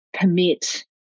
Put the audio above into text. permit